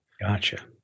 Gotcha